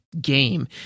game